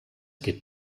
geht